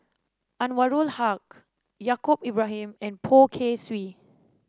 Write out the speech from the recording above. Anwarul Haque Yaacob Ibrahim and Poh Kay Swee